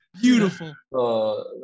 Beautiful